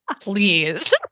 Please